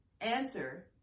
answer